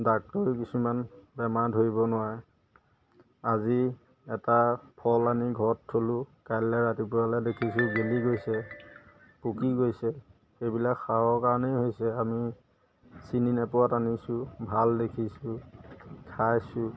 ডাক্তৰেও কিছুমান বেমাৰ ধৰিব নোৱাৰে আজি এটা ফল আনি ঘৰত থলোঁ কাইলৈ ৰাতিপুৱালৈ দেখিছোঁ গেলি গৈছে পকি গৈছে সেইবিলাক সাৰৰ কাৰণেই হৈছে আমি চিনি নোপোৱাত আনিছোঁ ভাল দেখিছোঁ খাইছোঁ